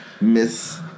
Miss